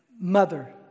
Mother